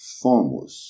fomos